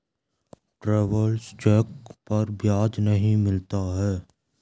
travellers cheque पर ब्याज नहीं मिलता है